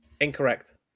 incorrect